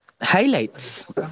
Highlights